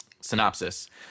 Synopsis